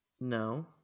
No